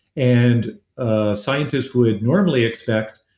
and ah scientists would normally expect,